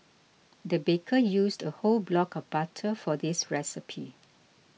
the baker used a whole block of butter for this recipe